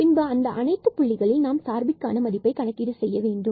பின்பு அந்த அனைத்து புள்ளிகளில் நாம் சார்பிற்கானfxy மதிப்பை கணக்கிட செய்ய வேண்டும்